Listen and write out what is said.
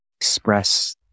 express